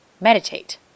Meditate